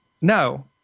no